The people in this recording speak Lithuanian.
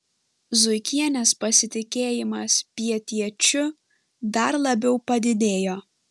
zuikienės pasitikėjimas pietiečiu dar labiau padidėjo